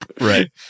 Right